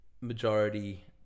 majority